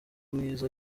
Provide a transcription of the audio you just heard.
mwiza